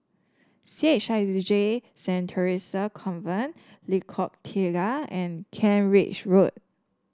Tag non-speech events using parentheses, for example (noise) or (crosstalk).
C H I (unintelligible) J Saint Theresa Convent Lengkong Tiga and Kent Ridge Road